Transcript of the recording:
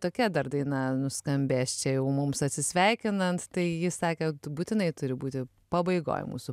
tokia dar daina nuskambės čia jau mums atsisveikinant tai ji sakėt būtinai turi būti pabaigoj mūsų